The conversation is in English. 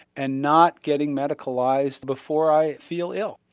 and not getting medicalised before i feel ill.